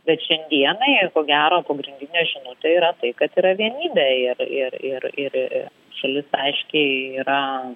bet šiandienai ko gero pagrindinė žinutė yra tai kad yra vienybė ir ir ir šalis aiškiai yra